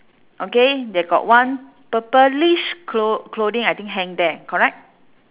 okay they got one purplish clo~ clothing I think hang there correct